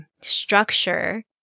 structure